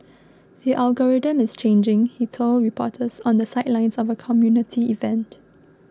the algorithm is changing he told reporters on the sidelines of a community event